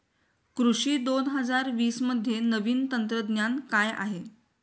कृषी दोन हजार वीसमध्ये नवीन तंत्रज्ञान काय आहे?